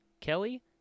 Kelly